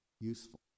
useful